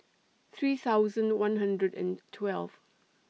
three thousand one hundred and twelve